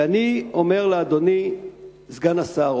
ואני אומר לאדוני סגן השר,